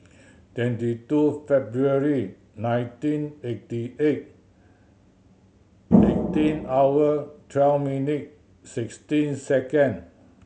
twenty two February nineteen eighty eight eighteen hour twelve minute sixteen second